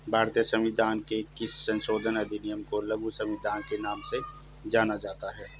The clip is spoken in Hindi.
भारतीय संविधान के किस संशोधन अधिनियम को लघु संविधान के नाम से जाना जाता है?